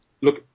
look